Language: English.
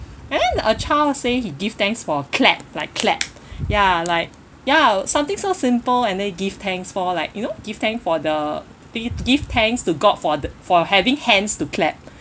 and then a child say he gives thanks for clap like clap ya like ya something so simple and they give thanks for like you know give thank for the give thanks to god for the for having hands to clap